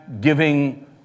giving